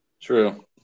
True